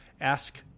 ask